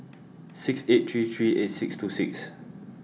six eight three three eight six two six